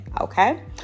Okay